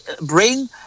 brain